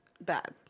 Bad